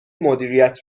مدیریت